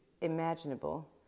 imaginable